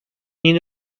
yeni